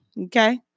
Okay